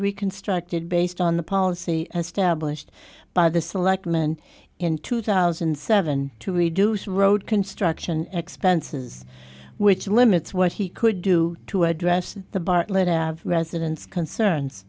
reconstructed based on the policy stablished by the selectmen in two thousand and seven to reduce road construction expenses which limits what he could do to address the bartlett residents concerns